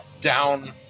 down